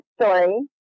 story